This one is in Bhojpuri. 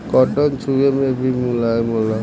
कॉटन छुवे मे भी मुलायम होला